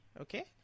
Okay